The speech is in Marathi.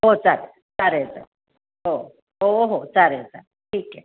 हो चालेल चालेल चालेल हो हो हो चालेल चालेल ठीक आहे